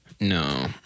No